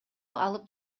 алып